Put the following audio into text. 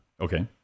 Okay